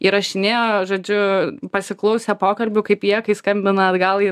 įrašinėjo žodžiu pasiklausė pokalbių kaip jie kai skambina atgal į